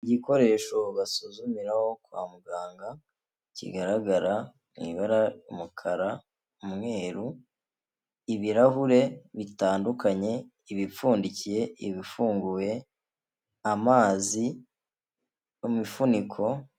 Igikoresho basuzumiraho kwa muganga kigaragara mW' ibara: umukara, umweru. Ibirahure bitandukanye: ibipfundikiye, ibifunguye. Amazi, imifuniko.